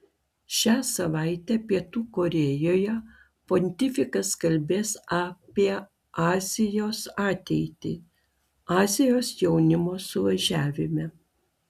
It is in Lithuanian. šią savaitę pietų korėjoje pontifikas kalbės apie azijos ateitį azijos jaunimo suvažiavime